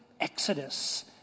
exodus